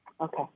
Okay